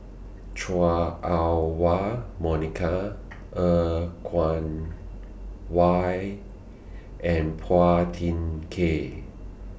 Chua Ah Huwa Monica Er Kwong Why and Phua Thin Kiay